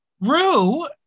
Rue